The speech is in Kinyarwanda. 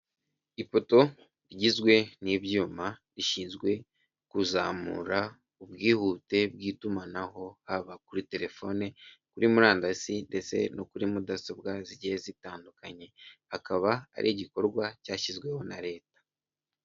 Ipoto igizwe n'ibyuma bishinzwe kuzamura ubwihute bw'itumanaho, haba kuri terefone, kuri murandasi ndetse no kuri mudasobwa zigiye zitandukanye. Akaba ari igikorwa cyashyizweho na leta.